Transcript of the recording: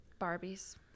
Barbies